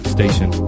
Station